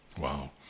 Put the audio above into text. Wow